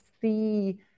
see